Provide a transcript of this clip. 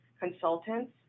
consultants